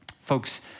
Folks